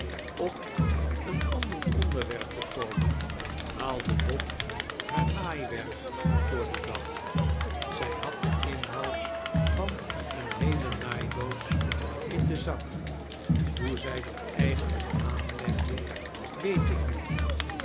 op een ander onderwerp te komen haalde dot haar naaiwerk voor den dag zij had den inhoud van een heele naaidoos in den zak hoe zij dat eigenlijk aanlegde weet ik niet